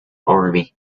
army